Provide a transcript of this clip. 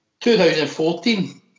2014